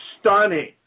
stunning